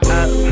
up